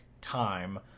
time